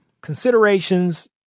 Considerations